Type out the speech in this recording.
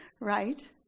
Right